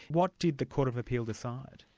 what did the court of appeal decide?